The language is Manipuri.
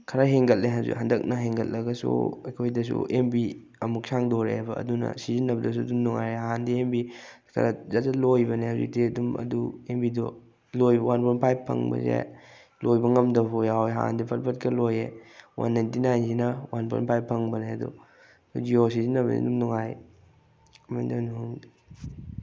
ꯈꯔ ꯍꯦꯟꯒꯠꯂꯦ ꯍꯥꯏꯕꯁꯦ ꯍꯟꯗꯛꯅ ꯍꯦꯟꯒꯠꯂꯒꯁꯨ ꯑꯩꯈꯣꯏꯗꯁꯨ ꯑꯦꯝ ꯕꯤ ꯑꯃꯨꯛ ꯁꯥꯡꯗꯣꯔꯛꯑꯦꯕ ꯑꯗꯨ ꯁꯤꯖꯤꯟꯅꯕꯗꯁꯨ ꯑꯗꯨꯝ ꯅꯨꯡꯉꯥꯏꯔꯦ ꯍꯥꯟꯅꯗꯤ ꯑꯦꯝ ꯕꯤ ꯈꯔ ꯁꯠ ꯁꯠ ꯂꯣꯏꯈꯤꯕꯅꯦ ꯍꯧꯖꯤꯛꯇꯤ ꯑꯗꯨꯝ ꯑꯗꯨ ꯑꯦꯝ ꯕꯤꯗꯣ ꯂꯣꯏꯕ ꯋꯥꯟ ꯄꯣꯏꯟ ꯐꯥꯏꯚ ꯐꯪꯕꯁꯦ ꯂꯣꯏꯕ ꯉꯝꯗꯕ ꯐꯥꯎ ꯌꯥꯎꯑꯦ ꯍꯥꯟꯅꯗꯤ ꯐꯠ ꯐꯠꯀ ꯂꯣꯏꯌꯦ ꯋꯥꯟ ꯅꯥꯏꯟꯇꯤ ꯅꯥꯏꯟꯁꯤꯅ ꯋꯥꯟ ꯄꯣꯏꯟ ꯐꯥꯏꯚ ꯐꯪꯕꯅꯦ ꯑꯗꯣ ꯖꯤꯑꯣ ꯁꯤꯖꯤꯟꯅꯕꯁꯦ ꯑꯗꯨꯝ ꯅꯨꯡꯉꯥꯏ ꯃꯣꯏꯅ ꯍꯦꯟꯅ ꯍꯣꯡꯗꯦ